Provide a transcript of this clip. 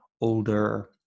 older